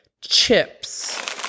Chips